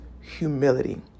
humility